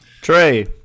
Trey